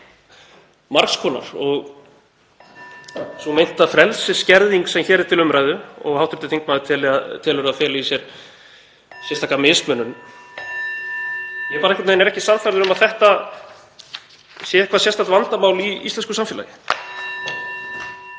margs konar og sú meinta frelsisskerðing sem hér er til umræðu (Forseti hringir.) og hv. þingmaður telur að feli í sér sérstaka mismunun — ég er bara einhvern veginn ekki sannfærður um að þetta sé eitthvert sérstakt vandamál í íslensku samfélagi.